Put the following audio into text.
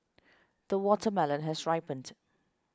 the watermelon has ripened